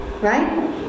right